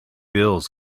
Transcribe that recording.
bills